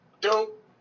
Dope